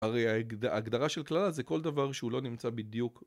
הרי ההגדרה של קללה זה כל דבר שהוא לא נמצא בדיוק